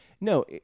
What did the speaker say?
No